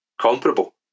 comparable